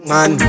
Man